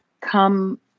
come